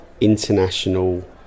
international